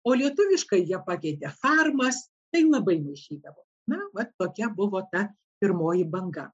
o lietuviškai jie pakeitė farmas tai labai maišydavo na vat tokia buvo ta pirmoji vbanga